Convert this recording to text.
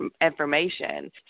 information